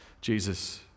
Jesus